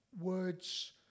words